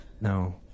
No